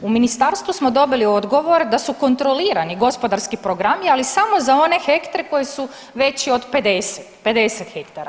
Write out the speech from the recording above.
U ministarstvu smo dobili odgovor da su kontrolirani gospodarski programi ali samo za one hektre koji su veći od 50, 50 litara.